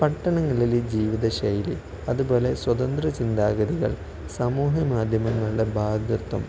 പട്ടണങ്ങളിലെ ജീവിതശൈലി അതുപോലെ സ്വതന്ത്ര ചിന്താഗതികൾ സമൂഹമാധ്യമങ്ങളുടെ ഭാഗ്വത്വം